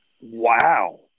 Wow